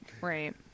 Right